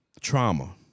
Trauma